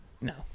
No